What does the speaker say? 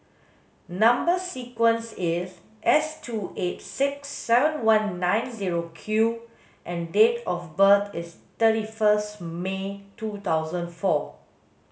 number sequence is S two eight six seven one nine zero Q and date of birth is thirty first May two thousand four